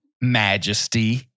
Majesty